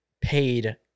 paid